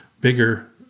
bigger